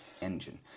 engine